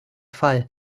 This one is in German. fall